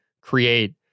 create